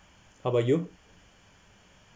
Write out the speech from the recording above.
how about you